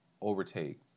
overtake